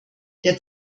der